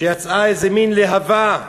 שיצאה איזו מין להבה,